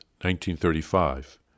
1935